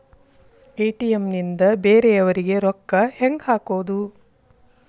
ATM ನಿಂದ ಬೇರೆಯವರಿಗೆ ರೊಕ್ಕ ಹೆಂಗ್ ಹಾಕೋದು?